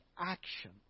action